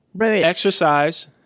exercise